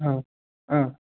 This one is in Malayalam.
ആ ആ